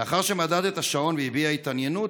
לאחר שמדד את השעון והביע התעניינות,